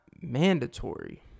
mandatory